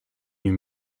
you